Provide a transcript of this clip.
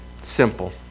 simple